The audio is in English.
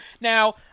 Now